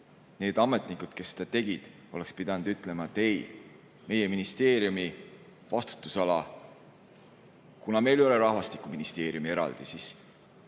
Need ametnikud, kes seda tegid, oleks pidanud ütlema, et ei, meie ministeeriumi vastutusalas – kuna meil ei ole rahvastikuministeeriumi eraldi –